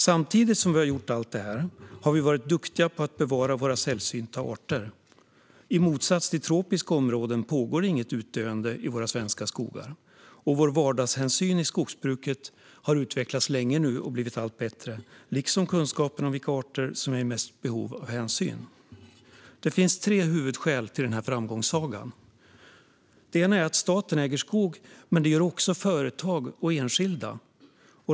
Samtidigt som vi gjort allt detta har vi varit duktiga på att bevara våra sällsynta arter. I motsats till i tropiska områden pågår inget utdöende i svenska skogar. Vår vardagshänsyn i skogsbruket har utvecklats länge nu och blivit allt bättre, liksom vår kunskap om vilka arter som är mest i behov av hänsyn. Det finns tre huvudskäl till denna framgångssaga. Ett skäl är att staten äger skog, men det gör också företag och enskilda.